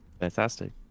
Fantastic